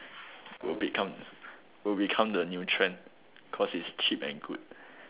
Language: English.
will become will become the new trend because its cheap and good